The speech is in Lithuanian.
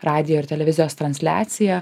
radijo ir televizijos transliaciją